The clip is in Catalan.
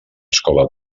escola